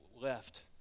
left